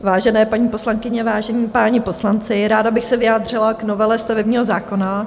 Vážené paní poslankyně, vážení páni poslanci, ráda bych se vyjádřila k novele stavebního zákona.